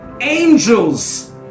angels